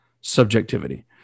subjectivity